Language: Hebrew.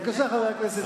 בבקשה, חבר הכנסת זאב.